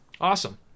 Awesome